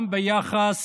גם ביחס